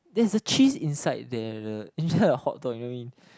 there's a cheese inside there inside the hot dog I mean